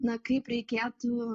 na kaip reikėtų